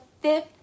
fifth